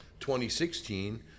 2016